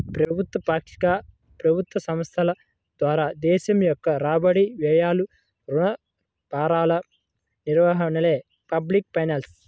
ప్రభుత్వ, పాక్షిక ప్రభుత్వ సంస్థల ద్వారా దేశం యొక్క రాబడి, వ్యయాలు, రుణ భారాల నిర్వహణే పబ్లిక్ ఫైనాన్స్